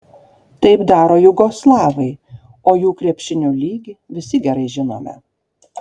taip daro jugoslavai o jų krepšinio lygį visi gerai žinome